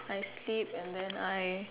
I sleep and then I